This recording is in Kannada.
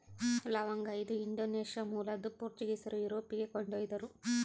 ಲವಂಗ ಇದು ಇಂಡೋನೇಷ್ಯಾ ಮೂಲದ್ದು ಪೋರ್ಚುಗೀಸರು ಯುರೋಪಿಗೆ ಕೊಂಡೊಯ್ದರು